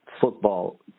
Football